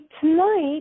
tonight